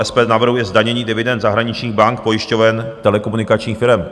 SPD navrhuje zdanění dividend zahraničních bank, pojišťoven, telekomunikačních firem.